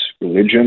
religion